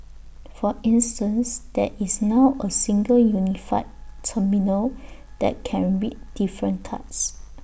for instance there is now A single unified terminal that can read different cards